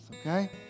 okay